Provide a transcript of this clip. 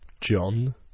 John